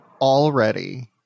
Already